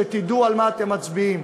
שתדעו על מה אתם מצביעים: